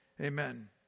Amen